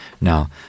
Now